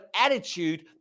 attitude